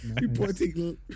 Reporting